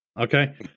Okay